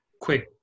quick